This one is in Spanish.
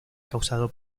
causado